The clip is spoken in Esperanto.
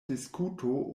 diskuto